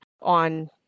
on